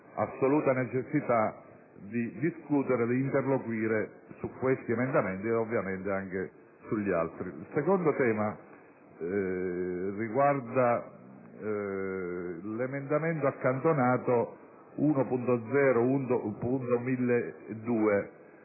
assoluta necessità di discutere ed interloquire su di essi e, ovviamente, anche sugli altri. Il secondo tema riguarda l'emendamento accantonato 1.0.1002.